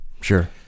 Sure